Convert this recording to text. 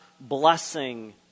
blessing